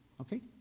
okay